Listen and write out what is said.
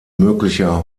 möglicher